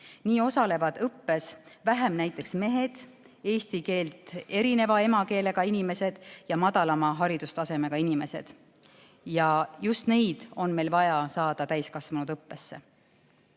Nii osalevad õppes vähem näiteks mehed, eesti keelest erineva emakeelega inimesed ja madalama haridustasemega inimesed. Just neid on meil vaja saada täiskasvanute õppesse.